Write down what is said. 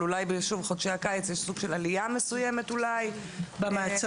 אבל אולי בחודשי הקיץ יש עלייה מסוימת במעצרים.